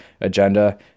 agenda